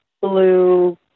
blue